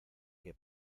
que